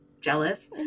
jealous